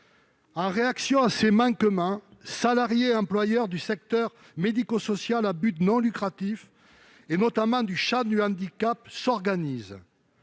En réaction à ces manquements, salariés et employeurs du secteur médico-social à but non lucratif, notamment du secteur du handicap, s'organisent.